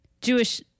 Jewish